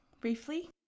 briefly